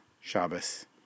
Shabbos